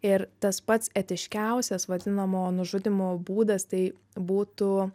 ir tas pats etiškiausias vadinamo nužudymo būdas tai būtų